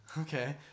Okay